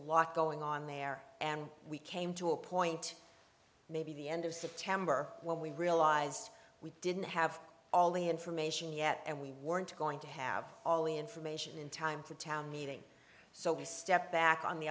lot going on there and we came to a point maybe the end of september when we realized we didn't have all the information yet and we weren't going to have all the information in time for a town meeting so we stepped back on the